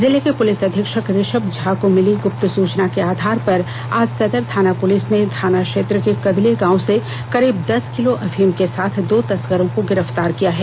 जिले के पुलिस अधीक्षक ऋषभ झा को मिली ग्रप्त सूचना के आधार पर आज सदर थाना पूलिस ने थाना क्षेत्र के कदले गांव से करीब दस किलो अफीम के साथ दो तस्करों को गिरफ्तार किया है